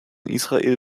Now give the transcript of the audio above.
israel